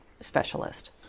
specialist